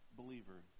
believer